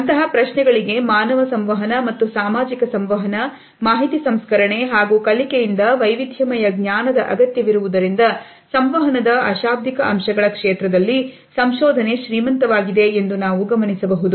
ಅಂತಹ ಪ್ರಶ್ನೆಗಳಿಗೆ ಮಾನವ ಸಂವಹನ ಮತ್ತು ಸಾಮಾಜಿಕ ಸಂವಹನ ಮಾಹಿತಿ ಸಂಸ್ಕರಣೆ ಹಾಗೂ ಕಲಿಕೆಯಿಂದ ವೈವಿಧ್ಯಮಯ ಜ್ಞಾನದ ಅಗತ್ಯವಿರುವುದರಿಂದ ಸಂವಹನದ ಅಶಾಬ್ದಿಕ ಅಂಶಗಳ ಕ್ಷೇತ್ರದಲ್ಲಿ ಸಂಶೋಧನೆ ಶ್ರೀಮಂತವಾಗಿದೆ ಎಂದು ನಾವು ಗಮನಿಸಬಹುದು